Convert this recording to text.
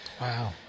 Wow